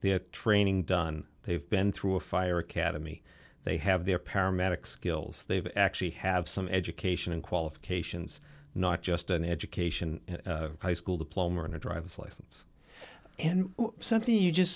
the training done they've been through a fire academy they have their paramedic skills they've actually have some education and qualifications not just an education high school diploma and a driver's license and something you just